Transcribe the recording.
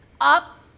up